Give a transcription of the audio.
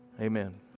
amen